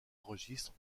registres